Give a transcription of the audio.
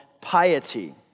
piety